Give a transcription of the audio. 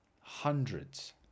hundreds